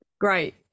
great